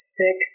six